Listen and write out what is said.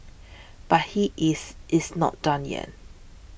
but he is is not done yet